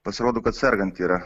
pasirodo kad sergant yra